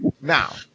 Now